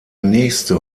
nächste